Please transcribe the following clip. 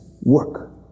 work